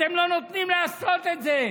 אתם לא נותנים לעשות את זה.